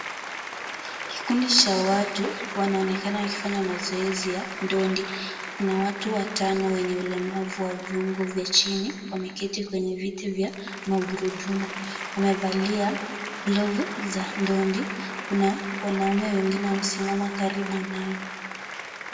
Kikundi cha watu wanaonekana wakifanya mazoezi ya ndondi. Kuna watu watano wenye ulemavu wa viungo vya chini. Wameketi kwenye viti vya magurudumu. Wamevalia glovu za ndondi. Kuna wanaume wengine wamesimama karibu nao.